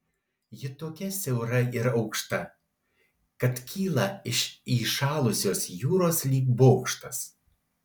ji tokia siaura ir aukšta kad kyla iš įšalusios jūros lyg bokštas